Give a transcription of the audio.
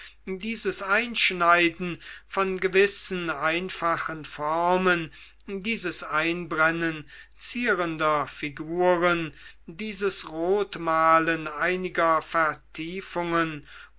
dieses einschneiden von gewissen einfachen formen dieses einbrennen zierender figuren dieses rotmalen einiger vertiefungen